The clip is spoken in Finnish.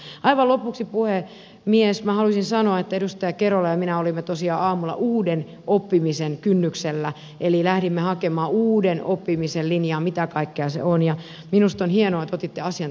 aivan lopuksi puhemies minä haluaisin sanoa että edustaja kerola ja minä olimme tosiaan aamulla uuden oppimisen kynnyksellä eli lähdimme hakemaan uuden oppimisen linjaa mitä kaikkea se on ja minusta on hienoa että otitte asian täällä esiin